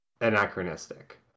anachronistic